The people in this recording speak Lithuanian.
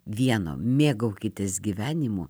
vieno mėgaukitės gyvenimu